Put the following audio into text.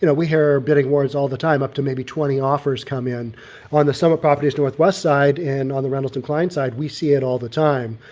you know we hear a bidding wars all the time up to maybe twenty offers come in on the summit properties northwest side and on the rentals to client side, we see it all the time,